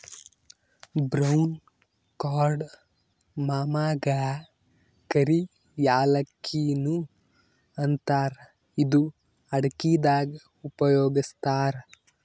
brown ಕಾರ್ಡಮಮಗಾ ಕರಿ ಯಾಲಕ್ಕಿ ನು ಅಂತಾರ್ ಇದು ಅಡಗಿದಾಗ್ ಉಪಯೋಗಸ್ತಾರ್